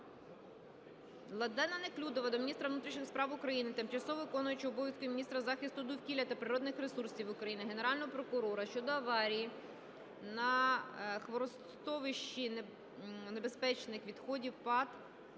Неклюдова до міністра внутрішніх справ України, тимчасово виконуючого обов'язки міністра захисту довкілля та природних ресурсів України, Генерального прокурора щодо аварії на хвостосховищі небезпечних відходів ПАТ